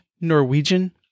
Norwegian